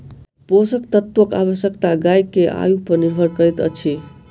पोषक तत्वक आवश्यकता गाय के आयु पर निर्भर करैत अछि